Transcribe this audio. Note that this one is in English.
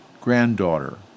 granddaughter